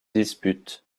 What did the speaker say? disputes